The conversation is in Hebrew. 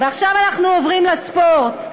ועכשיו אנחנו עוברים לספורט.